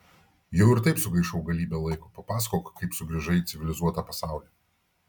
jau ir taip sugaišau galybę laiko papasakok kaip sugrįžai į civilizuotą pasaulį